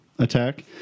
Attack